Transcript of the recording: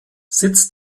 sitz